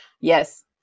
yes